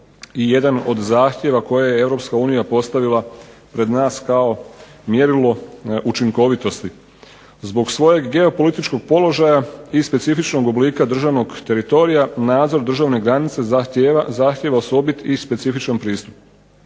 i jedan od zahtjeva koje je Europska unija postavila pred nas kao mjerilo učinkovitosti. Zbog svojeg geopolitičkog položaja i specifičnog oblika državnog teritorija nadzor državne granice zahtijeva osobit i specifičan pristup.